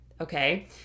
okay